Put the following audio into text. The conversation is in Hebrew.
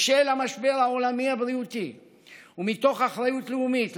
בשל המשבר העולמי הבריאותי ומתוך אחריות לאומית,